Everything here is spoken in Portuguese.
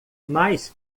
mais